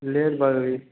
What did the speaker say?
లేదు భార్గవి